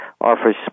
offers